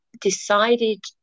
decided